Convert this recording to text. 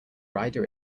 rider